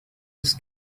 his